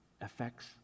affects